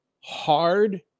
Hard